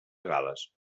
gal·les